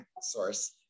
source